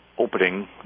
Opening